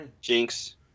Jinx